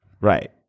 Right